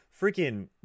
Freaking